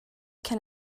can